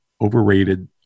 overrated